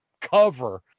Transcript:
cover